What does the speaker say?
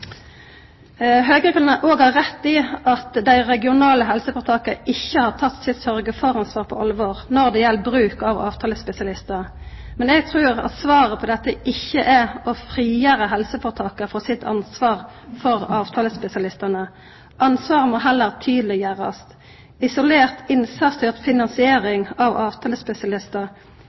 Høgre kan òg ha rett i at dei regionale helseføretaka ikkje har teke sitt sørgja for-ansvar på alvor når det gjeld bruk av avtalespesialistar. Men eg trur at svaret på dette ikkje er å frigjera helseføretaka frå sitt ansvar for avtalespesialistane. Ansvaret må heller tydeleggjerast. Isolert innsatsstyrt finansiering av avtalespesialistar